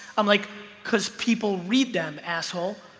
i'm like cuz people read them asshole.